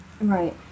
Right